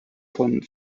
von